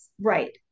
right